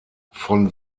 von